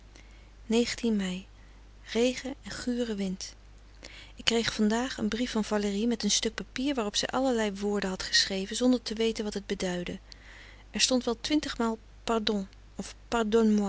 mei regen en gure wind ik kreeg van daag een brief van valérie met een stuk papier waarop zij allerlei woorden had geschreven zonder te weten wat het beduidde er stond wel twintigmaal pardon of